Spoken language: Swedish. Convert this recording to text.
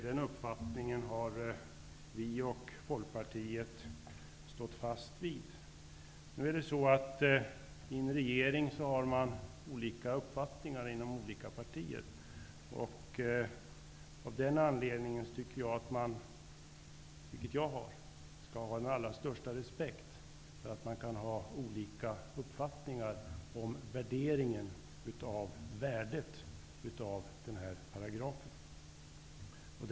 Den uppfattningen har vi moderater och Folkpartiet stått fast vid. Men inom en regering har man i de olika partierna olika uppfattningar. Av den anledningen tycker jag att man skall ha, och det har jag, den allra största respekt för att det kan förekomma olika uppfattningar om värdet av den här paragrafen.